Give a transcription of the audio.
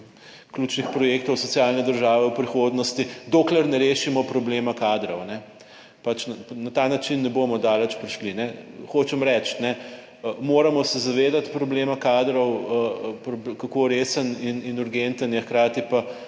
ključnih projektov socialne države v prihodnosti, dokler ne rešimo problema kadrov. Pač na ta način ne bomo daleč prišli, ne. Hočem reči, ne, moramo se zavedati problema kadrov, kako resen in urgenten je, hkrati pa